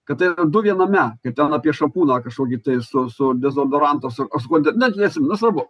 kad tai du viename kaip ten apie šampūną kažkokį tai su su dezodorantu ar su ar su kuo na neatsimenu nesvarbu